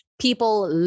people